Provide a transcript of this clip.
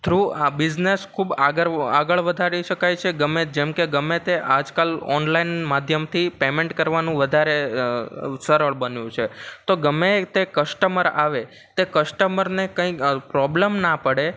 through આ business ખૂબ આગળ આગળ વધારી શકાય છે ગમે તે જેમકે ગમે તે આજકાલ ઓનલાઈન માધ્યમથી પેમેન્ટ કરવાનું વધારે સરળ બન્યું છે તો ગમે તે કસ્ટમર આવે તે કસ્ટમરને કંઇક પ્રોબલમ ના પડે